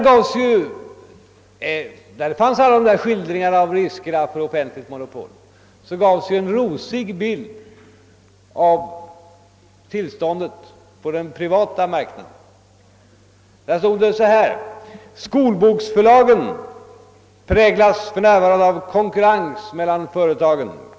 I motionen fanns alla dessa skildringar av riskerna för offentligt monopol och vidare gavs en rosig bild av tillståndet på den privata marknaden. Där stod bla. följande: »Skolboksförlagen präglas för närvarande av konkurrens mellan företagen.